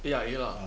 A_I_A ah